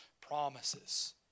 promises